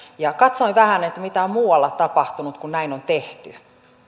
katsoin vähän mitä on muualla tapahtunut kun näin on tehty